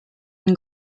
une